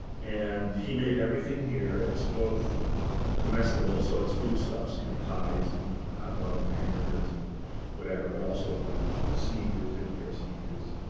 and he made everything here. it's both comestibles. so it's foodstuffs, you know, pies and hot dogs and hamburgers and whatever. but also like, sneakers. there's a pair of sneakers